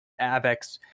Avex